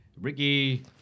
Ricky